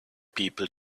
people